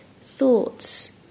thoughts